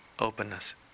openness